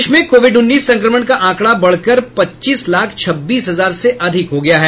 देश में कोविड उन्नीस संक्रमण का आंकड़ा बढ़कर पच्चीस लाख छब्बीस हजार से अधिक हो गया है